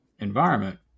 environment